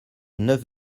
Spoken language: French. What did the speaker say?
neuf